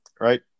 right